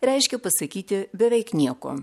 reiškia pasakyti beveik nieko